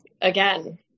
Again